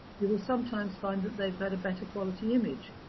you will sometimes find that they've had a better quality image.